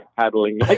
paddling